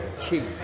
key